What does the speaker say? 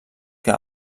que